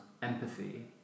empathy